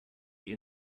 die